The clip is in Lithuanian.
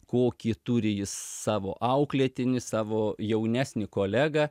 kokį turi jis savo auklėtinį savo jaunesnį kolegą